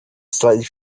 slightly